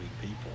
people